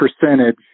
percentage